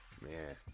Man